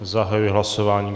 Zahajuji hlasování.